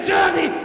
journey